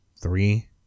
three